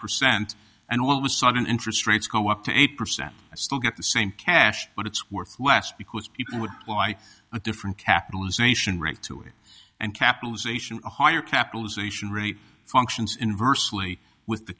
percent and what was sudden interest rates go up to eight percent i still get the same cash but it's worth less because people would buy a different capitalization rate to it and capitalization a higher capitalization really functions inversely with the